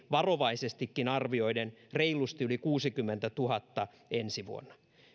varovaisestikin arvioiden reilusti yli kuusikymmentätuhatta ensi vuonna